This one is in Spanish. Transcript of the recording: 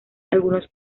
algunos